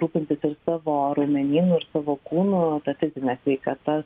rūpintis ir savo raumenynu ir savo kūnu ta fizine sveikata